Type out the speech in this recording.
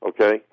okay